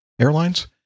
Airlines